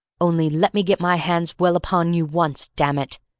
only let me get my hand well upon you once damn it!